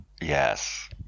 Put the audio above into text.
yes